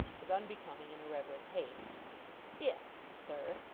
with unbecoming and irreverent haste if, sir,